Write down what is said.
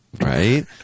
right